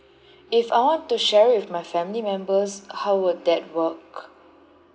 if I want to share with my family members how would that work